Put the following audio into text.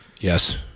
Yes